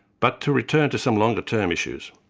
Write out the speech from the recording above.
but to return to some longer-term issues.